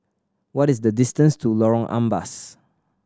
what is the distance to Lorong Ampas